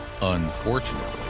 Unfortunately